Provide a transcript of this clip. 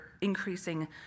increasing